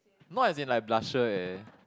not as in like blusher eh